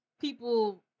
people